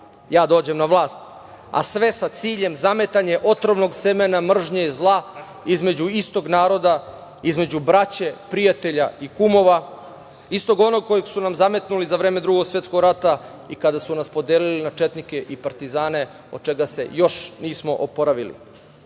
ja dođem na vlast, a sve sa ciljem zametanja otrovnog semena mržnje i zla između istog naroda, između braće, prijatelja i kumova, istog onog kojeg su nam zametnuli za vreme Drugog svetskog rata i kada su nas podelili na četnike i partizane, od čega se još nismo oporavili. Sad